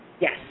Yes